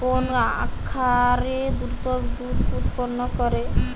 কোন খাকারে দ্রুত দুধ উৎপন্ন করে?